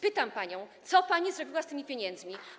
Pytam panią, co pani zrobiła z tymi pieniędzmi.